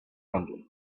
rumbling